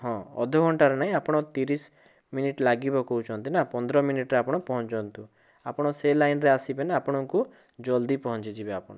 ହଁ ଅଧଘଣ୍ଟାରେ ନାଇଁ ଆପଣ ତିରିଶ ମିନିଟ୍ ଲାଗିବ କହୁଛନ୍ତି ନା ପନ୍ଦର ମିନିଟ୍ରେ ଆପଣ ପହଞ୍ଚନ୍ତୁ ଆପଣ ସେ ଲାଇନ୍ରେ ଆସିବେନା ଆପଣଙ୍କୁ ଜଲ୍ଦି ପହଞ୍ଚିଯିବେ ଆପଣ